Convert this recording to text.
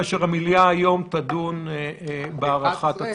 כאשר המליאה היום תדון בהארכת הצו.